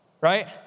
right